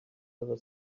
ever